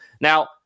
Now